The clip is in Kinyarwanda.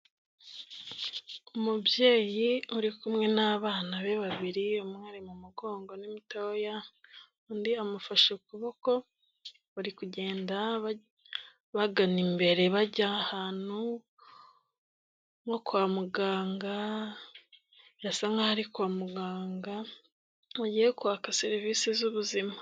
Umubyeyi uri kumwe n'abana be babiri umwe ari mu mugongo ni mutoya undi amufashe ukuboko bari kugenda bagana imbere bajya ahantu nko kwa muganga birasa nkaho ari kwa muganga mugiye kwaka serivisi z'ubuzima.